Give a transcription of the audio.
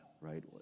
right